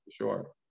sure